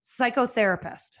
psychotherapist